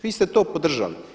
Vi ste to podržali.